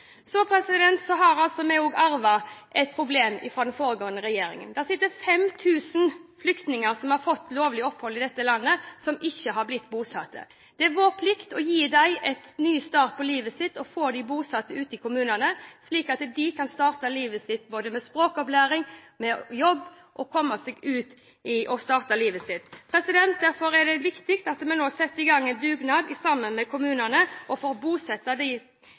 Så har også vi arvet et problem fra den foregående regjeringen. Det er 5 000 flyktninger som har fått lovlig opphold i dette landet, som ikke har blitt bosatt. Det er vår plikt å gi dem en ny start på livet og få dem bosatt i kommunene, slik at de kan starte med både språkopplæring og jobb og komme i gang med livet sitt. Derfor er det viktig at vi nå setter i gang en dugnad sammen med kommunene for å bosette de